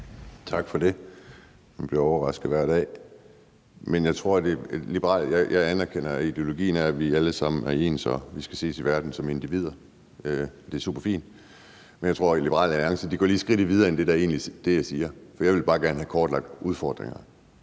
Tak for det. Man bliver overrasket hver dag. Jeg anerkender ideologien her om, at vi alle sammen er ens, og at vi skal ses i verden som individer. Det er superfint. Men jeg tror, at Liberal Alliance lige går skridtet videre end det, jeg siger. Jeg vil bare gerne have kortlagt udfordringerne,